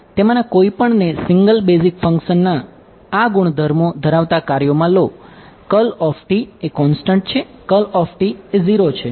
તેમાંના કોઈપણને single basic ફંક્શનના આ ગુણધર્મો ધરાવતા કાર્યોમાં લો એ કોંસ્ટંટ છે એ ઝીરો છે